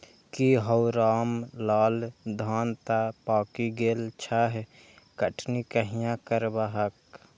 की हौ रामलाल, धान तं पाकि गेल छह, कटनी कहिया करबहक?